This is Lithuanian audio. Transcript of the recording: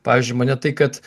pavyzdžiui mane tai kad